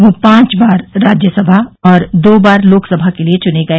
वह पांच बार राज्यसभा और दो बार लोकसभा के लिए चुने गए